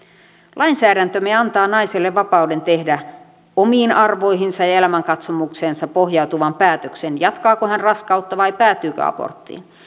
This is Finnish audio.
lainsäädäntömme antaa naiselle vapauden tehdä omiin arvoihinsa ja elämänkatsomukseensa pohjautuvan päätöksen jatkaako hän raskautta vai päätyykö aborttiin